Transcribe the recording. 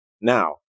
now